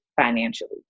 financially